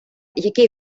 який